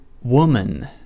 woman